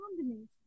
combination